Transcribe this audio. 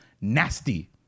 nasty